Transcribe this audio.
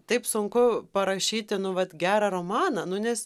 taip sunku parašyti nu vat gerą romaną nu nes